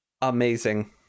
Amazing